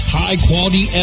high-quality